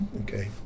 okay